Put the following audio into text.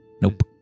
Nope